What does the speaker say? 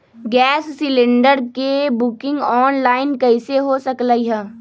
Gas cylinder के booking online कईसे हो सकलई ह?